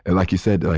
and like you said,